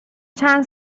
چند